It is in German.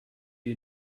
wie